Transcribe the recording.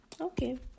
Okay